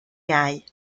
iau